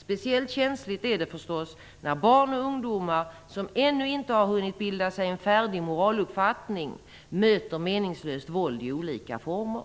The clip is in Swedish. Speciellt känsligt är det förstås när barn och ungdomar som ännu inte har hunnit bilda sig en färdig moraluppfattning möter meningslöst våld i olika former.